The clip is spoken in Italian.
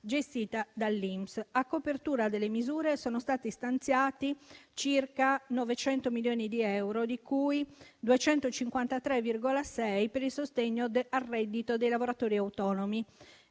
gestita dall'INPS. A copertura delle misure sono stati stanziati circa 900 milioni di euro, di cui 253,6 per il sostegno al reddito dei lavoratori autonomi.